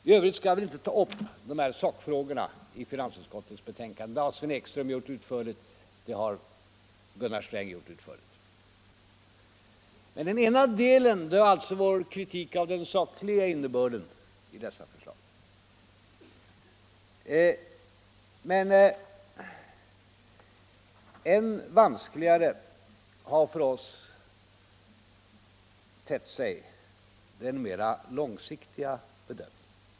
I övrigt skall jag inte ta upp sakfrågorna i finansutskottets betänkande, eftersom både Sven Ekström och Gunnar Sträng utförligt har gjort det. Detta var den ena delen av vår kritik beträffande den sakliga innebörden i dessa förslag. Än vanskligare har emellertid för oss tett sig den mera långsiktiga bedömningen.